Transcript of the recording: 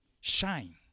Shine